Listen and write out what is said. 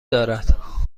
دارد